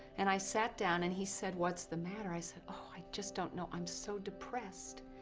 and i sat down, and he said, what's the matter? i said, oh, i just don't know. i'm so depressed.